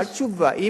קיבלת תשובה.